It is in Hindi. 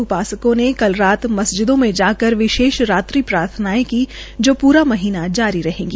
उपासकों ने कल रात मस्जिदों में जाकर विशेष प्रार्थनाये की जो प्रा महीना जारी रहेगी